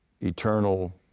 eternal